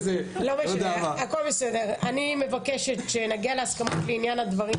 אני מבקשת שנגיע להסכמות לעניין הדברים